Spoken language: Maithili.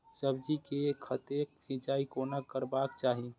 सब्जी के खेतक सिंचाई कोना करबाक चाहि?